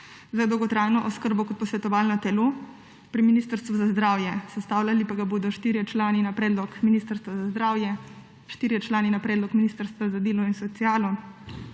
za dolgotrajno oskrbo kot posvetovalno telo pri Ministrstvu za zdravje, sestavljali pa ga bodo štirje člani na predlog ministrstva za zdravje, štirje člani na predlog ministrstva za delo in socialo